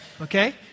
Okay